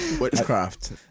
Witchcraft